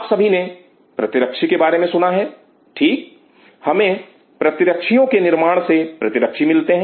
आप सभी ने प्रतिरक्षी के बारे में सुना है ठीक हमें प्रतिरक्षीयों के निर्माण से प्रतिरक्षी मिलते हैं